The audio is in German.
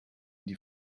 die